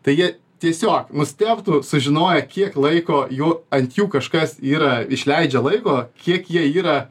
tai jie tiesiog nustebtų sužinoję kiek laiko jų ant jų kažkas yra išleidžia laiko kiek jie yra